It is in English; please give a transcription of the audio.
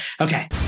Okay